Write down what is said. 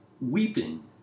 weeping